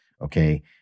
Okay